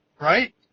right